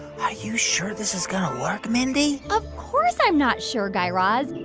are you sure this is going to work, mindy? of course i'm not sure, guy raz.